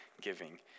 giving